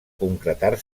concretar